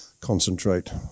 concentrate